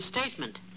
statement